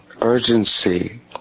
urgency